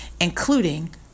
Including